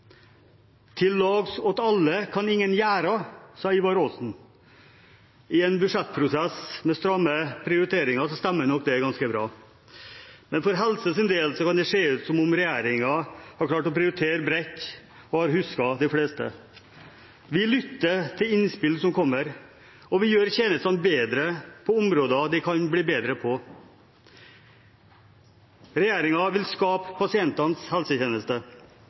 «Til lags åt alle kan ingen gjera», sa Ivar Aasen. I en budsjettprosess med stramme prioriteringer stemmer nok det ganske bra. Men for helsefeltets del kan det se ut som om regjeringen har klart å prioritere bredt og har husket de fleste. Vi lytter til innspill som kommer, og vi gjør tjenestene bedre på områder de kan bli bedre på. Regjeringen vil skape pasientenes helsetjeneste.